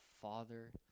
father